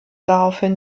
daraufhin